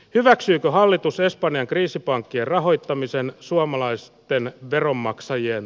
hyväksyykö hallitus espanjan kriisipankkien rahoittamiseen suomalaisten veronmaksajien